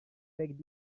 big